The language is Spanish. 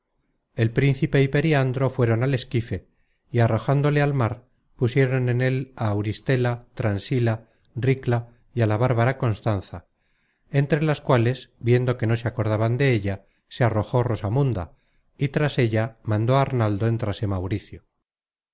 el príncipe y periandro fueron al esquife y arrojándole al mar pusieron en él á auristela transila ri cla y á la bárbara constanza entre las cuales viendo que no se acordaban della se arrojó rosamunda y tras ella mandó arnaldo entrase mauricio